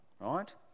Right